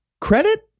credit